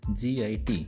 GIT